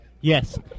Yes